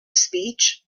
speech